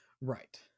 Right